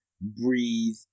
breathe